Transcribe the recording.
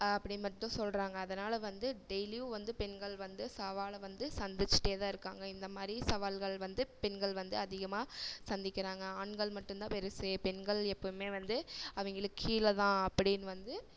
அப்படி மட்டும் சொல்கிறாங்க அதனால் வந்து டெய்லியும் வந்து பெண்கள் வந்து சவாலை வந்து சந்தித்திட்டே தான் இருக்காங்க இந்த மாதிரி சவால்கள் வந்து பெண்கள் வந்து அதிகமாக சந்திக்கிறாங்க ஆண்கள் மட்டும் தான் பெரிசு பெண்கள் எப்பவுமே வந்து அவங்களுக்கு கீழே தான் அப்படின்னு வந்து